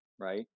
right